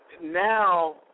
now